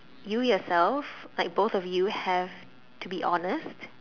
you yourself like both of you have to be honest